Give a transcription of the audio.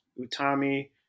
Utami